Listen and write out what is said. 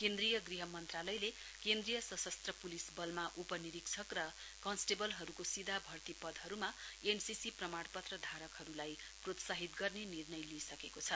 केन्द्रीय गृह मन्त्रालयले केन्द्रीय सशस्त्र पुलिस बलमा उप निरीक्षक र कन्सटेबलहरूको सीधा भर्ती पदहरूमा एनसीसी प्रमाणपत्र धारकहरूलाई प्रोत्साहित गर्ने निर्णय लिइसकेको छ